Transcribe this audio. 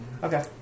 Okay